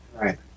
Right